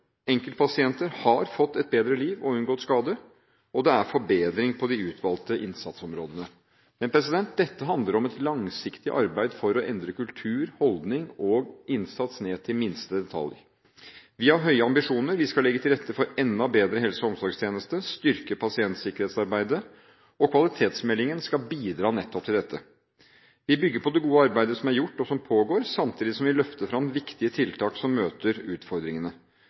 enkeltpasienter har fått et bedre liv og unngått skader, og det er forbedring på de utvalgte innsatsområdene. Men dette handler om et langsiktig arbeid for å endre kultur, holdning og innsats ned til minste detalj. Vi har høye ambisjoner: Vi skal legge til rette for enda bedre helse- og omsorgstjenester og styrke pasientsikkerhetsarbeidet. Kvalitetsmeldingen skal bidra nettopp til dette. Vi bygger på det gode arbeidet som er gjort og som pågår, samtidig som vi løfter fram viktige tiltak som møter utfordringene.